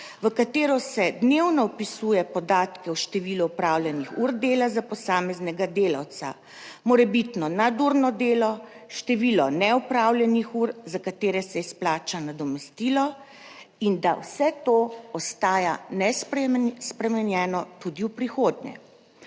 v katero se dnevno vpisuje podatke o številu opravljenih ur dela za posameznega delavca, morebitno nadurno delo, število neopravljenih ur, za katere se izplača nadomestilo, in da vse to ostaja nespremenjeno tudi v prihodnje.